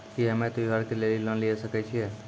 की हम्मय त्योहार लेली लोन लिये सकय छियै?